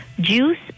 Juice